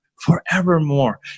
forevermore